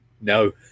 No